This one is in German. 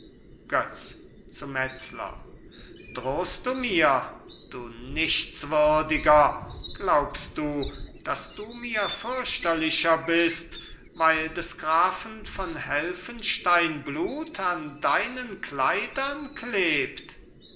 götz zu metzler drohst du mir du nichtswürdiger glaubst du daß du mir fürchterlicher bist weil des grafen von helfenstein blut an deinen kleidern klebt